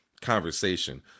conversation